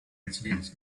residence